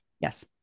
Yes